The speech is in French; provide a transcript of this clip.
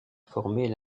former